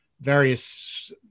various